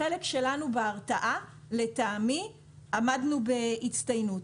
החלק שלנו בהרתעה, לטעמי עמדנו בהצטיינות.